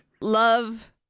Love